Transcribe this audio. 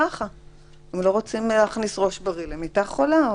הם לא רוצים להכניס ראש בריא למיטה חולה.